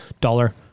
dollar